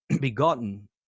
begotten